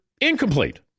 incomplete